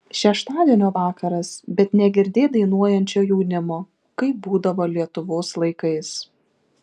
šeštadienio vakaras bet negirdėt dainuojančio jaunimo kaip būdavo lietuvos laikais